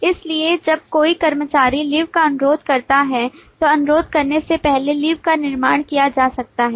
इसलिए जब कोई कर्मचारी लीव का अनुरोध करता है तो अनुरोध करने से पहले लीव का निर्माण किया जा सकता है